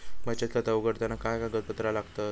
बचत खाता उघडताना काय कागदपत्रा लागतत?